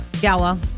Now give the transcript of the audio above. Gala